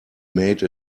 made